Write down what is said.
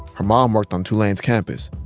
her mom worked on tulane's campus,